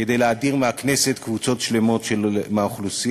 כדי להדיר מהכנסת קבוצות שלמות מהאוכלוסייה,